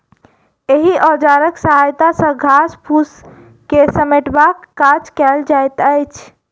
एहि औजारक सहायता सॅ घास फूस के समेटबाक काज कयल जाइत अछि